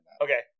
Okay